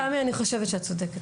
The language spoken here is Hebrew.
תמי, אני חושבת שאת צודקת.